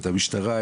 את המשטרה,